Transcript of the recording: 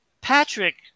Patrick